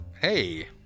Hey